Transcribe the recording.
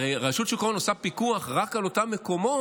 הרי רשות שוק ההון עושה פיקוח רק על אותם מקומות